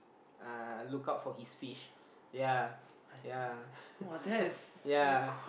uh a lookout for his fish ya ya ya